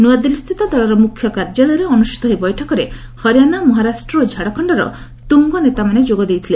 ନ୍ତଆଦିଲ୍ଲୀସ୍ଥିତ ଦଳର ମୁଖ୍ୟ କାର୍ଯ୍ୟାଳୟରେ ଅନୁଷ୍ଠିତ ଏହି ବୈଠକରେ ହରିୟାଣା ମହାରାଷ୍ଟ୍ର ଓ ଝାଡ଼ଖଣ୍ଡର ତୁଙ୍ଗ ନେତାମାନେ ଯୋଗ ଦେଇଥିଲେ